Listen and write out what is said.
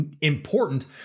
important